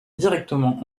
directement